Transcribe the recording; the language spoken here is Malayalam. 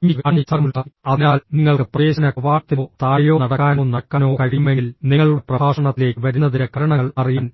പുഞ്ചിരിക്കുക കണ്ണുമായി സമ്പർക്കം പുലർത്തുക അതിനാൽ നിങ്ങൾക്ക് പ്രവേശന കവാടത്തിലോ താഴെയോ നടക്കാനോ നടക്കാനോ കഴിയുമെങ്കിൽ നിങ്ങളുടെ പ്രഭാഷണത്തിലേക്ക് വരുന്നതിന്റെ കാരണങ്ങൾ അറിയാൻ